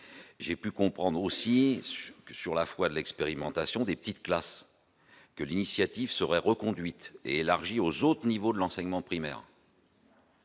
j'ai pu comprendre aussi que, sur la foi de l'expérimentation des petites classes que l'initiative serait reconduite et élargie aux autres niveaux de l'enseignement primaire.